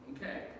Okay